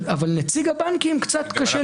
אבל נציג הבנקים קצת קשה להתמודד איתו.